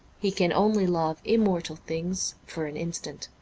he can only love immortal things for an instant.